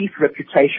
reputation